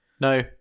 No